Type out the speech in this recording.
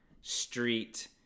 street